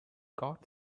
got